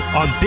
on